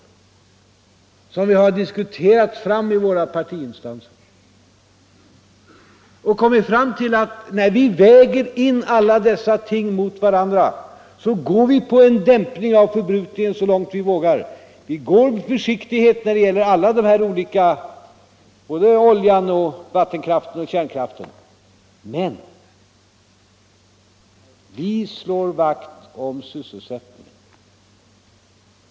Materialet har alltså diskuterats fram i våra partiinstanser, och sedan vi vägt alla dessa ting mot varandra går vi på en dämpning av förbrukningen så långt vi vågar. Vi går fram med försiktighet när det gäller alla dessa energikällor — oljan, vattenkraften och kärnkraften. Men vi slår vakt om sysselsättningen.